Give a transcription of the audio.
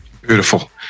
Beautiful